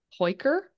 hoiker